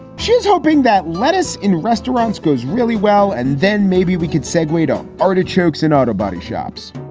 she's hoping that lettuce in restaurants goes really well. and then maybe we could say guido artichokes in auto body shops.